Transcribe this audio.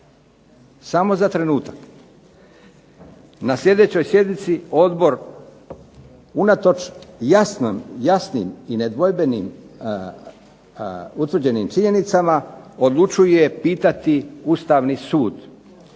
samo za trenutak. Na sljedećoj sjednici Odbor unatoč jasnim i nedvojbenim utvrđenim činjenicama odlučuje pitati Ustavni sud.